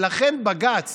בג"ץ